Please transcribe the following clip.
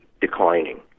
declining